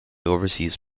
overseas